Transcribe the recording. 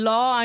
Law